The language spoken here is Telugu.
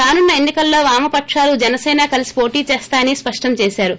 రానున్న ఎన్ని కల్లో వామపకాలు జనసన కలిసి పోటీ చేస్తాయని స్పష్ణం చేశారు